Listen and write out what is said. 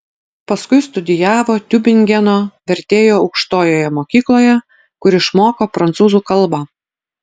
paskui studijavo tiubingeno vertėjų aukštojoje mokykloje kur išmoko prancūzų kalbą